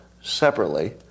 separately